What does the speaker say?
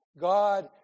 God